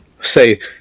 Say